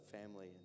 family